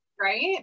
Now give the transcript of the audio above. right